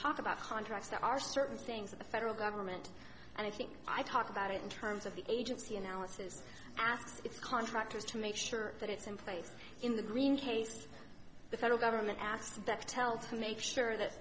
talk about contracts there are certain things that the federal government and i think i talk about it in terms of the agency analysis at its contractors to make sure that it's in place in the green case the federal government aske